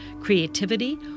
creativity